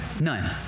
none